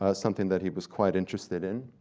ah something that he was quite interested in.